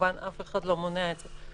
כמובן אף אחד לא מונע את זה.